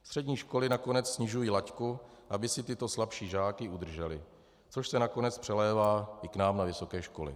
Střední školy nakonec snižují laťku, aby si slabší žáky udržely, což se nakonec přelévá i k nám na vysoké školy.